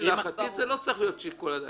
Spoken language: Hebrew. להערכתי זה לא צריך להיות חלק משיקול הדעת.